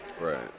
Right